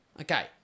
Okay